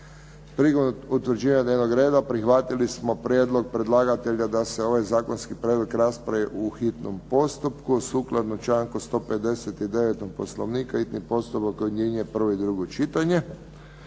Prigodom utvrđivanja dnevnog reda prihvatili smo prijedlog predlagatelja da se ovaj zakonski predmet raspravi u hitnom postupku. Sukladno članku 159. Poslovnika hitni postupak objedinjuje prvo i drugo čitanje.